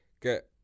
get